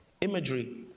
imagery